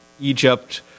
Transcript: Egypt